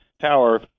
Tower